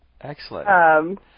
Excellent